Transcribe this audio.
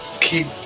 keep